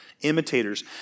Imitators